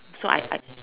so I I